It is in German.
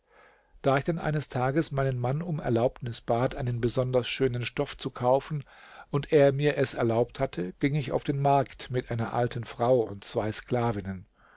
da ich dann eines tages meinen mann um erlaubnis bat einen besonders schönen stoff zu kaufen und er mir es erlaubt hatte ging ich auf den markt mit einer alten frau und zwei sklavinnen